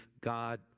God